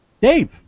Dave